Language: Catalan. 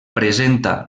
presenta